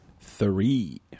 Three